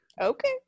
Okay